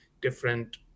different